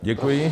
Děkuji.